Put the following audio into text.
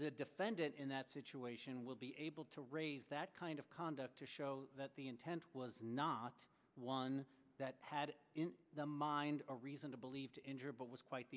the defendant in that situation will be able to raise that kind of conduct to show that the intent was not one that had in mind a reason to believe to injure but was quite